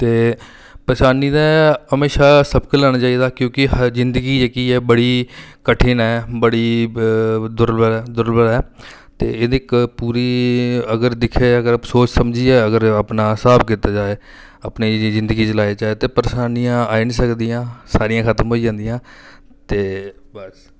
ते परेशानी ते हमेशा सबक लैना चाहिदा क्योंकि हर जिंदगी जेह्की ऐ बड़ी कठिन ऐ बड़ी ब दुर्लभ दुर्लभ ऐ ते एह्दी क पूरी अगर दिक्खेआ जा अगर सोच समझियै अगर अपना स्हाब कीता जा अपनी जिंदगी चलाई जा ते परेशानियां आई निं सकदियां सारियां खत्म होई जंदियां ते बस